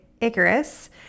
Icarus